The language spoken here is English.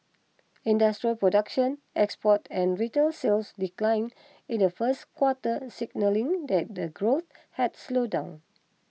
industrial production exports and retail sales declined in the first quarter signalling that the growth had slowed down